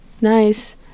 Nice